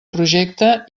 projecte